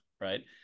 right